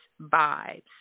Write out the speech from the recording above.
vibes